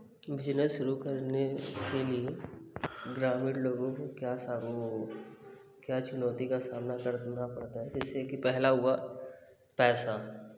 business शुरू करने के लिए ग्रामीण लोगों को क्या सा वो क्या चुनौती का सामना करना पड़ता है जैसे कि पहला हुआ पैसा